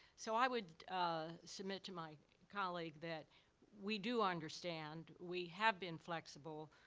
so i would submit to my colleague that we do understand. we have been flexible.